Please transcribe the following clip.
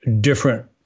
different